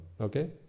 okay